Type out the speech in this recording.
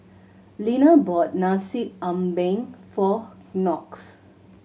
Linna bought Nasi Ambeng for Knox